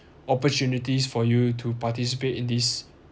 opportunities for you to participate in this